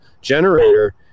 generator